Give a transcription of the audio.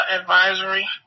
advisory